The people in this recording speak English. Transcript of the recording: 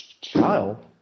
child